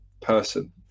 person